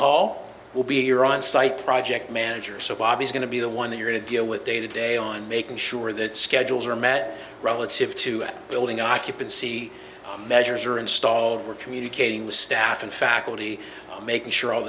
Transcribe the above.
hall will be your onsite project manager so bob is going to be the one they are going to deal with day to day on making sure that schedules are met relative to building occupancy measures are installed we're communicating with staff and faculty and making sure all